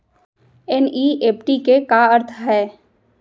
NEFT के का अर्थ है?